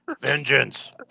Vengeance